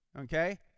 Okay